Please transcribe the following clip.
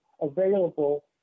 available